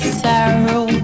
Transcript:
sorrow